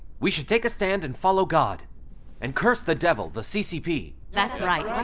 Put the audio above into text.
we should take a stand and follow god and curse the devil, the ccp. that's right! yeah